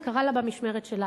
זה קרה לה במשמרת שלה,